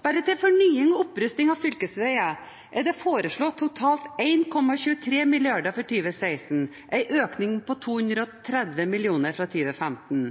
Bare til fornying og opprustning av fylkesveier er det foreslått totalt 1,23 mrd. kr for 2016 – en økning på 230 mill. kr fra 2015.